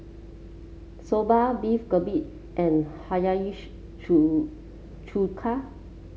Soba Beef Galbi and Hiyashi Chu Chuka